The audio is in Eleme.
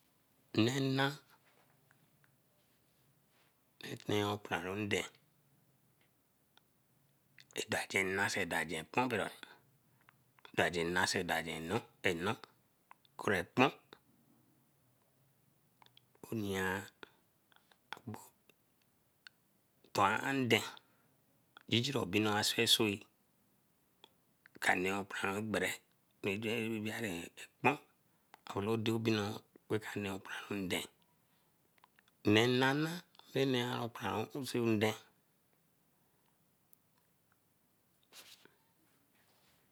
Nne na bey nee okparanwon nde edagena edagepuro, dagena eno eno kore kpun oyan akpo tuan ande digino obinoo asuesue ka nee okparanwo ogbere tojuare ekpon ere ka dor obinoo rene okparanwon nde. Nne nana nero okparanwon nde.